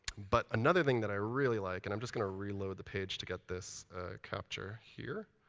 but another thing that i really like, and i'm just going to reload the page to get this capture here.